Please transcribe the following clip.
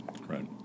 Right